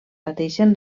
pateixen